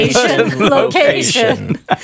location